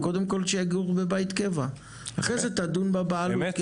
קודם כל שיגורו בבית קבע, אחרי זה תדון בבעלות.